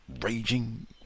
raging